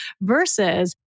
Versus